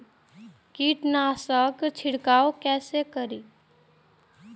कीट नाशक छीरकाउ केसे करी?